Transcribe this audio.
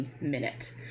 minute